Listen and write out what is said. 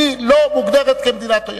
היא לא מוגדרת כמדינת אויב.